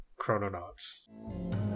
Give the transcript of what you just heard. chrononauts